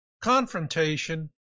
confrontation